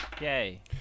Yay